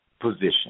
position